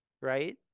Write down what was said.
right